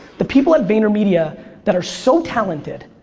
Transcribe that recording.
the people at vaynermedia that are so talented,